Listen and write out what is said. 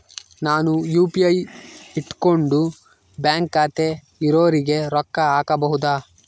ನಾನು ಯು.ಪಿ.ಐ ಇಟ್ಕೊಂಡು ಬ್ಯಾಂಕ್ ಖಾತೆ ಇರೊರಿಗೆ ರೊಕ್ಕ ಹಾಕಬಹುದಾ?